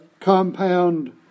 compound